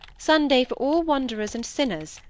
sunday for all wanderers and sinners,